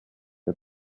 der